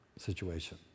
situation